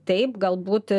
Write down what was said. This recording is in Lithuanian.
taip galbūt